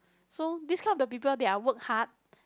so this kind of the people they are work hard